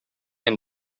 and